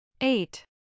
Eight